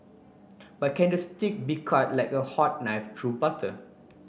but can the steak be cut like a hot knife through butter